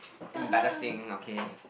okay